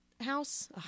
house